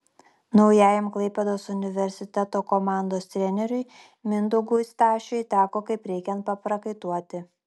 naujajam klaipėdos universiteto komandos treneriui mindaugui stašiui teko kaip reikiant paprakaituoti